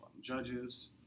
judges